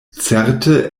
certe